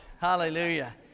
hallelujah